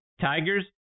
Tigers